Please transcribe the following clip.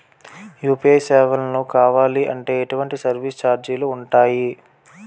UPI సేవలను కావాలి అంటే ఎటువంటి సర్విస్ ఛార్జీలు ఉంటాయి?